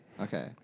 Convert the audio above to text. Okay